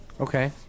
Okay